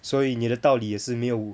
所以你的道理也是没有